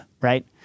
right